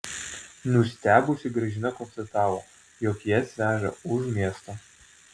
nustebusi gražina konstatavo jog jas veža už miesto